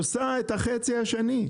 עושה את החצי השני.